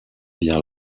bien